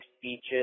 speeches